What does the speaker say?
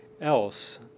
else